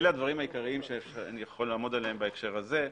אלה הדברים העיקריים שאני יכול לעמוד עליהם בהקשר הזה.